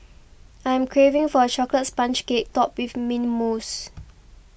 I am craving for a chocolates sponge cake topped with Mint Mousse